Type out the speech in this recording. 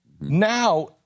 Now